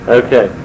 okay